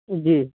جی